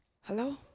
Hello